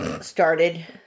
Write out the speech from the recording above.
started